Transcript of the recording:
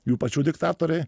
jų pačių diktatoriai